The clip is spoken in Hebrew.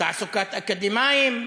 תעסוקת אקדמאים,